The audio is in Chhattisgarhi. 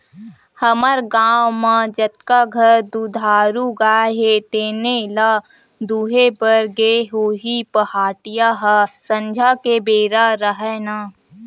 हमर गाँव म जतका घर दुधारू गाय हे तेने ल दुहे बर गे होही पहाटिया ह संझा के बेरा हरय ना